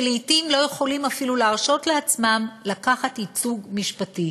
שלעתים לא יכולים אפילו להרשות לעצמם לקחת ייצוג משפטי.